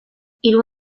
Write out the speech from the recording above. hiru